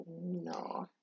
no